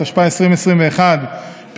התשפ"א 2021,